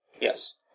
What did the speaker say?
Yes